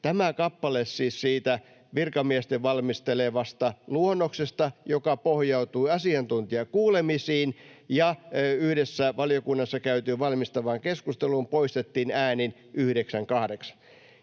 Tämä kappale siis siitä virkamiesten valmistelemasta luonnoksesta, joka pohjautui asiantuntijakuulemisiin ja yhdessä valiokunnassa käytyyn valmistavaan keskusteluun, poistettiin äänin 9—8.